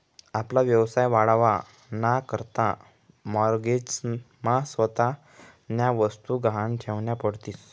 आपला व्यवसाय वाढावा ना करता माॅरगेज मा स्वतःन्या वस्तु गहाण ठेवन्या पडतीस